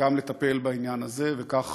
לטפל גם בעניין הזה, וכך